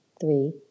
three